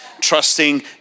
trusting